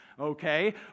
okay